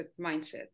mindset